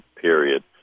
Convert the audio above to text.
period